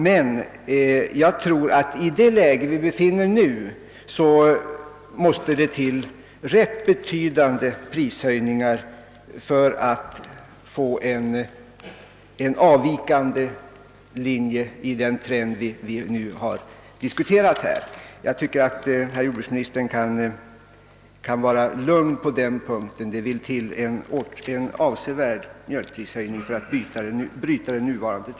Men jag tror att det i nuvarande läge krävs och är angeläget med betydande prishöjningar på mjölk för att få en nödvändig avvikelse från den produktionstrend vi nu är inne i.